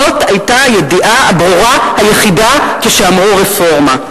זאת היתה הידיעה הברורה היחידה כשאמרו רפורמה.